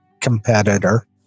competitor